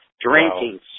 drinking